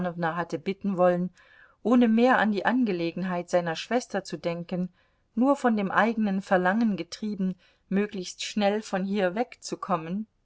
hatte bitten wollen ohne mehr an die angelegenheit seiner schwester zu denken nur von dem einen verlangen getrieben möglichst schnell von hier wegzukommen